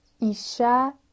isha